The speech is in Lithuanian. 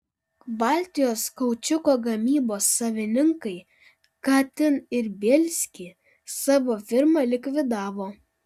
baltijos kaučiuko gamybos savininkai katin ir bielsky savo firmą likvidavo